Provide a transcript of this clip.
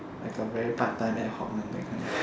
like a very part time ad hoc lah that kind